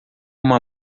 uma